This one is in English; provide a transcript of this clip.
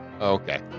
Okay